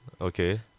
Okay